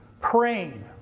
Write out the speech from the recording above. praying